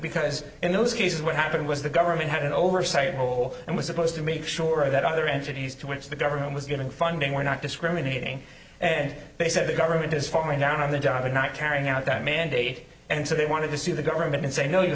because in those cases what happened was the government had an oversight role and was supposed to make sure that other entities to which the government was getting funding were not discriminating and they said the government is falling down on the job and not carrying out that mandate and so they wanted to see the government and say no you